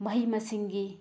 ꯃꯍꯩ ꯃꯁꯤꯡꯒꯤ